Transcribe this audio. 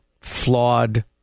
flawed